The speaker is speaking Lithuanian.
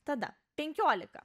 tada penkiolika